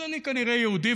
אז אני כנראה יהודי,